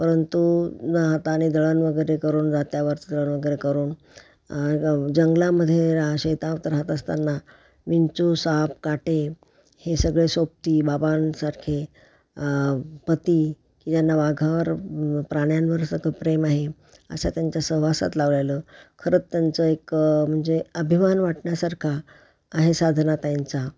परंतु हातांनी दळण वगैरे करून जात्यावर दळण वगैरे करून जंगलामध्ये रा शेतावरती राहत असताना विंचू साप काटे हे सगळे सोबती बाबांसारखे पती की ज्यांना वाघावर प्राण्यांवर सगळं प्रेम आहे अशा त्यांच्या सहवासात लावलेलं खरंच त्यांचं एक म्हणजे अभिमान वाटण्यासारखा आहे साधनाताईंचा